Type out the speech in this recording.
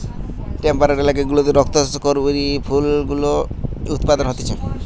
temperate এলাকা গুলাতে রক্ত করবি ফুল গুলা উৎপাদন হতিছে